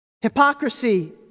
Hypocrisy